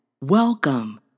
Welcome